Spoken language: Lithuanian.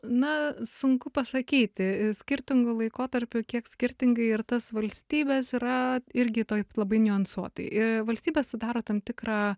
na sunku pasakyti skirtingu laikotarpiu kiek skirtingai ir tas valstybes yra irgi taip labai niuansuotai i valstybė sudaro tam tikrą